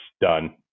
done